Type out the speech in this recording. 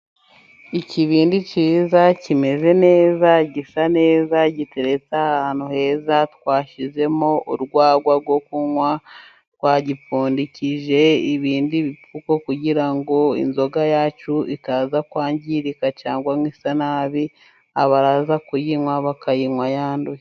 Ikibindi cyiza kimeze neza, gisa neza giteretse ahantu heza, twashyizemo urwagwa rwo kunywa, twagipfundikije ibindi bipfuko kugira ngo inzoga yacu itaza kwangirika cyangwa se ngo ise nabi, abaza kuyinywa bakayinywa yanduye.